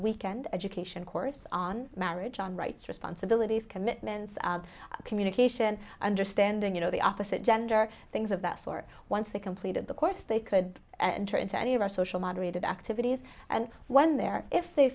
weekend education course on marriage on rights responsibilities commitments communication understanding you know the opposite gender things of that sort once they completed the course they could turn into any of our social moderated activities and one there if they